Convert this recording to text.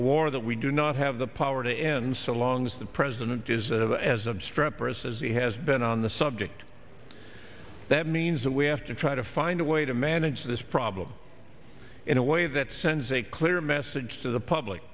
a war that we do not have the power to end so long as the president is of as obstreperous as he has been on the subject that means that we have to try to find a way to manage this problem in a way that sends a clear message to the public